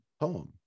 poem